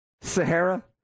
Sahara